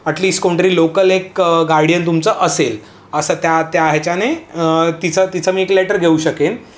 at least country local एक guardian तुमचं असेल असं त्या त्या ह्याच्याने तिचं तिचा मी एक लॅटर घेऊ शकेन